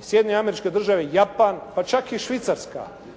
Sjedinjene Američke države, Japan, pa čak i Švicarska